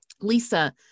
Lisa